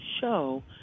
show